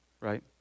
right